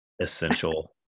essential